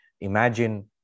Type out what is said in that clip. imagine